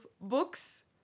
books